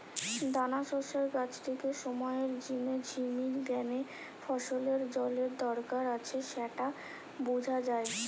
দানাশস্যের গাছটিকে সময়ের জিনে ঝিমি গ্যানে ফসলের জলের দরকার আছে স্যাটা বুঝা যায়